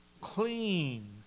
clean